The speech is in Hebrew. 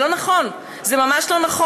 זה לא נכון, זה ממש לא נכון.